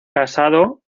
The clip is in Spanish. casado